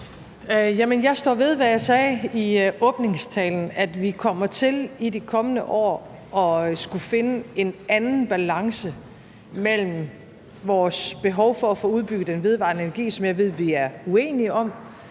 Jeg står ved, hvad jeg sagde i åbningstalen, nemlig at vi kommer til i de kommende år at skulle finde en anden balance mellem vores behov for at få udbygget den vedvarende energi, som jeg ved vi er uenige om,